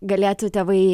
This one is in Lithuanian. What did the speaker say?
galėtų tėvai